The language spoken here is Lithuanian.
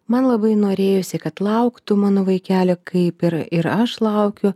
man labai norėjosi kad lauktų mano vaikelio kaip ir ir aš laukiu